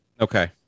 Okay